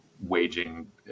waging